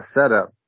setup